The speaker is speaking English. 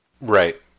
Right